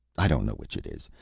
i don't know which it is.